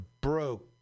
broke